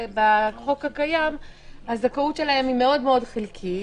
בחוק הקיים הזכאות שלהם היא מאוד מאוד חלקית,